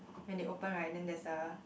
when they open right then there's a